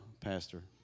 pastor